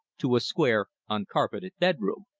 to a square, uncarpeted bedroom.